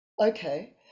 Okay